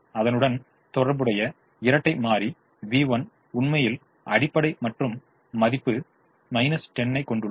அதனுடன் தொடர்புடைய இரட்டை மாறி v1 உண்மையில் அடிப்படை மற்றும் மதிப்பு 10 ஐ கொண்டுள்ளது